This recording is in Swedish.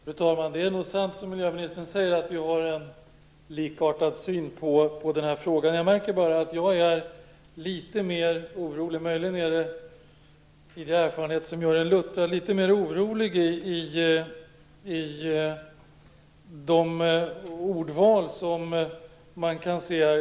Fru talman! Det är nog sant som miljöministern säger att vi har en likartad syn på den här frågan. Jag märker bara att jag är litet mer orolig - möjligen är det tidigare erfarenheter som gör mig luttrad - i de ordval som man kan se här.